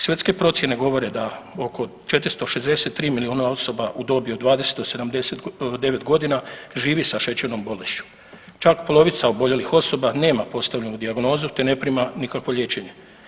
Svjetske procijene govore da oko 463 milijuna osoba u dobi od 20 do 79.g. živi sa šećernom bolešću, čak polovica oboljelih osoba nema postavljenju dijagnozu, te ne prima nikakvo liječenje.